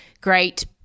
great